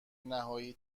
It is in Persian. نهایی